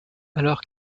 alors